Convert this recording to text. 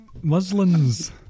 Muslins